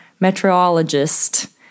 metrologist